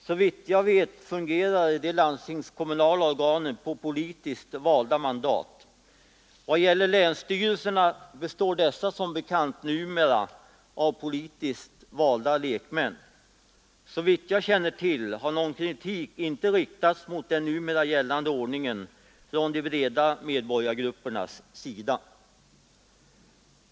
Så vitt jag vet fungerar de landstingskommunala organen på politiskt valda mandat. Vad gäller länsstyrelserna består dessa som bekant numera av politiskt valda lekmän. Såvitt jag känner till har någon kritik inte riktats mot den numera gällande ordningen från de breda medborgargruppernas sida.